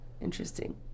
interesting